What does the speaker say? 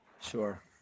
Sure